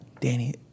Danny